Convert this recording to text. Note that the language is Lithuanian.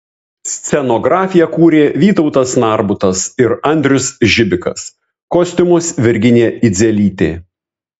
scenografiją kūrė vytautas narbutas ir andrius žibikas kostiumus virginija idzelytė